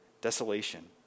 desolation